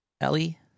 Ellie